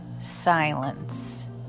silence